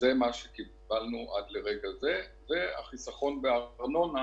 זה מה שקיבלנו עד לרגע זה, והחיסכון בארנונה